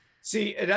see